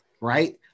right